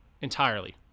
entirely